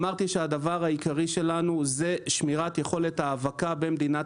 אמרתי שהדבר העיקרי שלנו זה שמירת יכולת האבקה במדינת